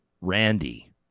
Randy